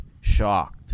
shocked